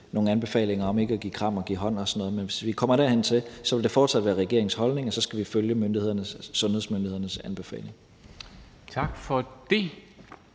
Sundhedsstyrelsen om ikke at give kram og ikke give hånd og sådan noget. Men hvis vi kommer dertil, vil det fortsat være regeringens holdning, at så skal vi følge sundhedsmyndighedernes anbefaling. Kl.